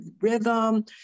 rhythm